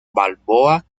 balboa